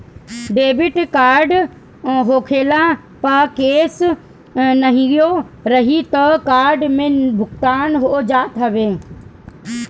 debit card होखला पअ cash नाहियो रही तअ कार्ड से भुगतान हो जात हवे